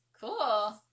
Cool